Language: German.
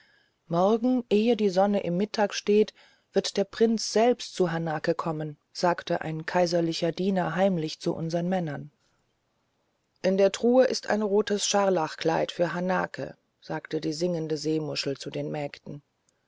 morgen ehe die sonne im mittag steht wird der prinz selbst zu hanake kommen sagte ein kaiserlicher diener heimlich zu unsern männern in der truhe ist ein rotes scharlachkleid für hanake sagte die singende seemuschel zu den mägden